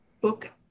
book